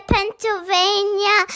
Pennsylvania